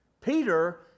Peter